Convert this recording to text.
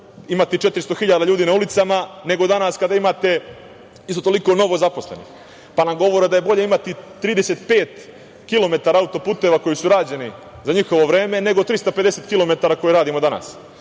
imati 400 hiljada ljudi na ulicama nego danas kada imate isto toliko novozaposlenih. Govore nam kako je bolje imati 35 kilometara auto-puteva koji su rađeni za njihovo vreme, nego 350 koje radimo danas.